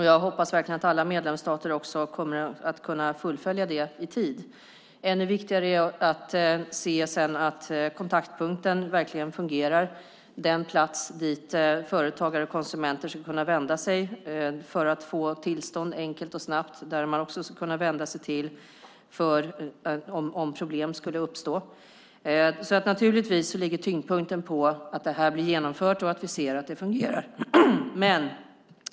Jag hoppas verkligen att alla medlemsstater kommer att kunna fullfölja det i tid. Ännu viktigare är det att kontaktpunkten sedan verkligen fungerar, den plats dit företagare och konsumenter ska kunna vända sig för att få tillstånd enkelt och snabbt. Dit ska man också kunna vända sig om det uppstår problem. Tyngdpunkten ligger naturligtvis på att det här blir genomfört och att vi ser att det fungerar.